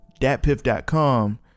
datpiff.com